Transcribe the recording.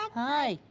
hi.